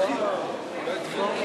גברתי